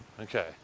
Okay